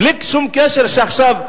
בלי שום קשר שעכשיו,